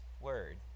word